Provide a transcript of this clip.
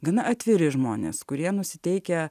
gana atviri žmonės kurie nusiteikę